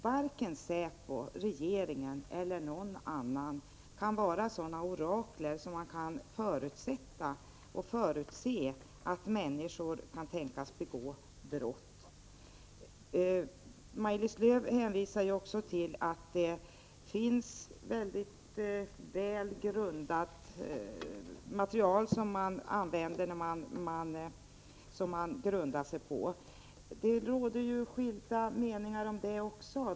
Varken säpo, regeringen eller någon annan kan vara sådana orakler att de kan förutse att människor kan tänkas begå brott. Maj-Lis Lööw hänvisar också till att det finns material som man grundar sin bedömning på. Det råder skilda meningar om det också.